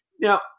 Now